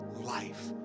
life